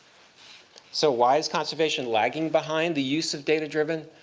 so why is conservation lagging behind the use of data-driven